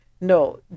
No